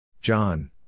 John